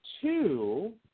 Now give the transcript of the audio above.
Two